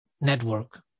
network